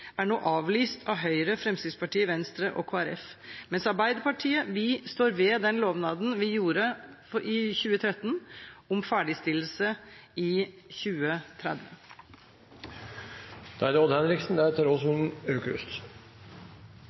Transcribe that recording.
er nå avlyst av Høyre, Fremskrittspartiet, Venstre og Kristelig Folkeparti. Men vi i Arbeiderpartiet står ved den lovnaden vi ga i 2013, om ferdigstillelse i